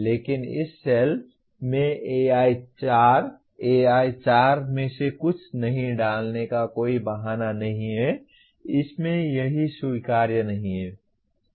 लेकिन इस सेल में AI4 AI4 में से कुछ नहीं डालने का कोई बहाना नहीं है इस में यह स्वीकार्य नहीं है